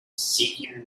seeking